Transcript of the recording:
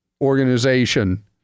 organization